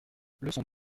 leçons